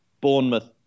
Bournemouth